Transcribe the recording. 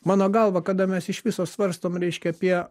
mano galva kada mes iš viso svarstom reiškia apie